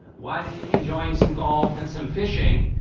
why are you enjoying some golf and some fishing?